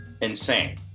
insane